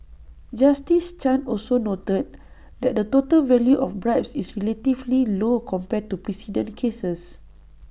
justice chan also noted that the total value of bribes is relatively low compared to precedent cases